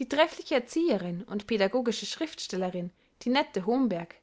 die treffliche erzieherin und pädagogische schriftstellerin tinette homberg